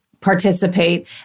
participate